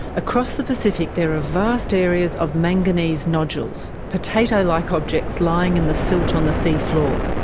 across the pacific there are vast areas of manganese nodules, potato-like objects lying in the silt on the sea floor.